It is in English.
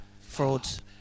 frauds